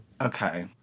Okay